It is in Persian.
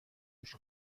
گوش